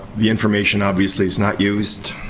the information, obviously, is not used.